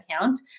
account